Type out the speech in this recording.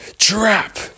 trap